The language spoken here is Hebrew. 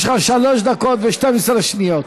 יש לך שלוש דקות ו-12 שניות.